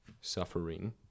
suffering